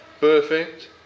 Perfect